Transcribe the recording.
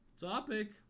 topic